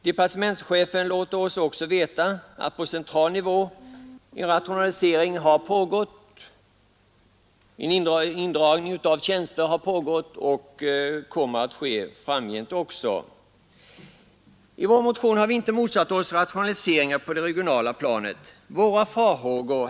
Departementschefen låter oss veta att på central nivå en rationalisering med indragning av tjänster har pågått och kommer att ske också framgent. I vår motion har vi inte motsatt oss rationaliseringar på det regionala planet.